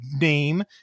name